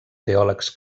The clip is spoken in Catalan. teòlegs